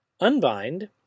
Unbind